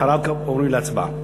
אחר כך נעבור להצבעה.